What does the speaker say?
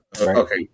Okay